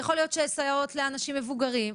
יכול להיות שסייעות לאנשים מבוגרים.